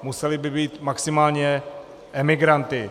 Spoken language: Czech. Museli by být maximálně emigranty.